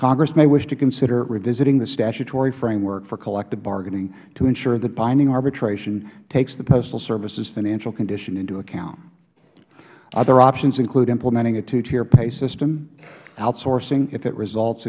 congress may wish to consider revisiting the statutory framework for collective bargaining to ensure that binding arbitration takes the postal service's financial condition into account other options include implementing a two tier pay system outsourcing if it results